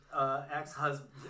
ex-husband